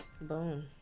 Boom